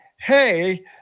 hey